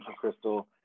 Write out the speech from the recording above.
Crystal